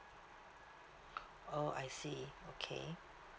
oh I see okay